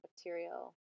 material